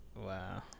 Wow